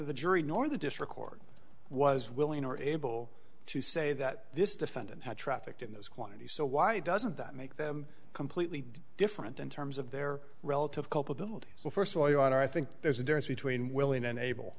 the jury nor the district court was willing or able to say that this defendant had trafficked in those quantities so why doesn't that make them completely different in terms of their relative culpability so first of all your honor i think there's a difference between willing and able